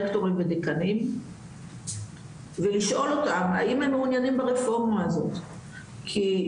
רקטורים ודיקנים ולשאול אותם האם הם מעוניינים ברפורמה הזאת ובאמת